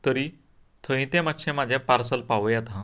तरी थंय तें मातशें म्हाजें पार्सल पावयात हां